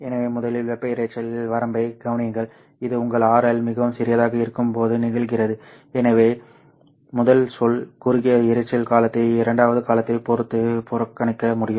எனவே முதலில் வெப்ப இரைச்சல் வரம்பைக் கவனியுங்கள் இது உங்கள் RL மிகவும் சிறியதாக இருக்கும்போது நிகழ்கிறது எனவே முதல் சொல் குறுகிய இரைச்சல் காலத்தை இரண்டாவது காலத்தைப் பொறுத்து புறக்கணிக்க முடியும்